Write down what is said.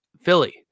Philly